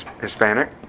Hispanic